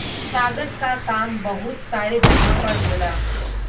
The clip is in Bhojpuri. कागज क काम बहुत सारे जगह पर होला